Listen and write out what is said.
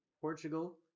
Portugal